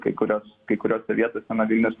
kai kurios kai kuriose vietose na vilnius